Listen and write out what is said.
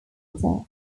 sector